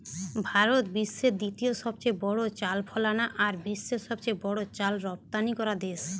ভারত বিশ্বের দ্বিতীয় সবচেয়ে বড় চাল ফলানা আর বিশ্বের সবচেয়ে বড় চাল রপ্তানিকরা দেশ